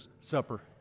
supper